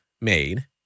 made